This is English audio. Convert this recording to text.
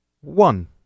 one